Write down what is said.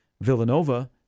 Villanova